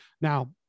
Now